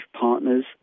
partners